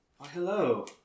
hello